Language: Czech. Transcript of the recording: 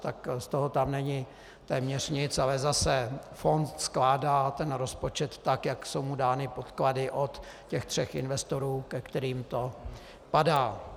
Z toho tam není téměř nic, ale zase fond skládá rozpočet tak, jak jsou mu dány podklady od těch třech investorů, ke kterým to padá.